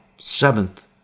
seventh